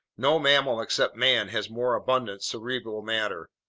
no mammal except man has more abundant cerebral matter.